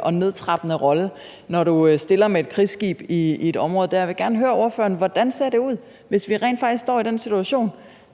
og nedtrappende rolle, når du stiller med et krigsskib i det område. Jeg vil gerne høre ordføreren: Hvordan ser det ud, hvis vi rent faktisk står i den situation?